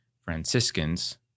Franciscans